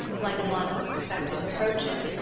like one who expected reproaches,